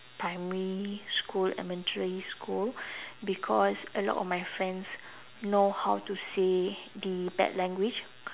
primary school elementary school because a lot of my friends know how to say the bad language